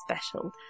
special